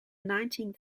nineteenth